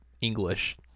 English